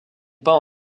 peint